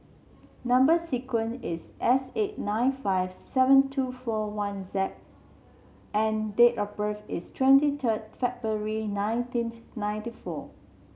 number sequence is S eight nine five seven two four one X and date of birth is twenty third February nineteen ninety four